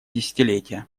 десятилетия